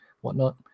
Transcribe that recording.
whatnot